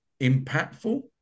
impactful